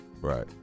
Right